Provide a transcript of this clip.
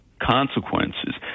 consequences